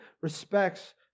respects